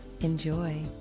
Enjoy